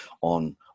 on